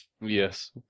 Yes